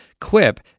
Quip